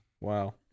Wow